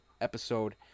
episode